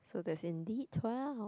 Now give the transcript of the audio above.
so there's indeed twelve